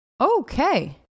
Okay